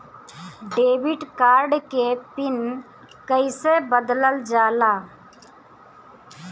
Debit card के pin कईसे बदलल जाला?